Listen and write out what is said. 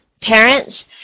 parents